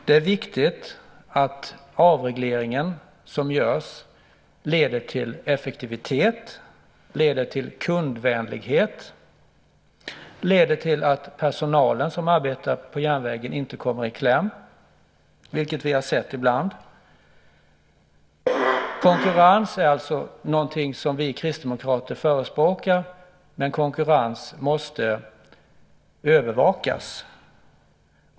Det är viktigt att den avreglering som görs leder till effektivitet, leder till kundvänlighet och leder till att den personal som arbetar på järnvägen inte kommer i kläm, vilket vi har sett ibland. Konkurrens är alltså någonting som vi kristdemokrater förespråkar, men konkurrens måste övervakas.